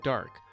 Dark